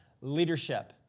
leadership